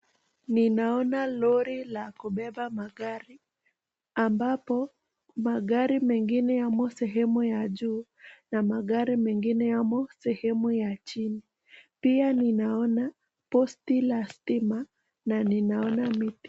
Ninaona lori la kubeba magari ambapo magari mengine yamo sehemu ya juu na magari mengine yamo sehemu ya chini. Pia ninaona posti la stima na ninaona miti.